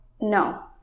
No